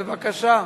בבקשה.